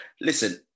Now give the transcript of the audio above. listen